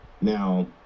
now